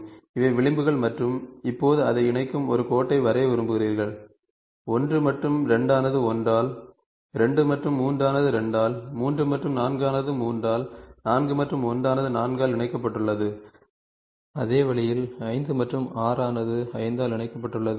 இவை விளிம்புகள் மற்றும் இப்போது அதை இணைக்கும் ஒரு கோட்டை வரைய விரும்புகிறீர்கள் 1 மற்றும் 2 ஆனது 1 ஆல் 2 மற்றும் 3 ஆனது 2 ஆல் 3 மற்றும் 4 ஆனது 3 ஆல் 4 மற்றும் 1 ஆனது 4 ஆல் இணைக்கப்பட்டுள்ளது அதே வழியில் 5 மற்றும் 6 ஆனது 5 ஆல் இணைக்கப்பட்டுள்ளது